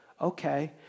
Okay